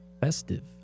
Festive